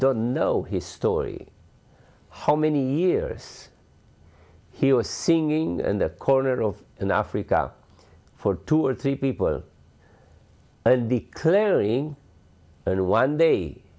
don't know his story how many years he was singing and the corner of an africa for two or three people and declaring one day